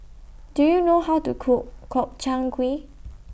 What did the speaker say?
Do YOU know How to Cook Gobchang Gui